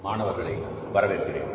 மாணவர்களை வரவேற்கிறேன்